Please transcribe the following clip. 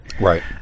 Right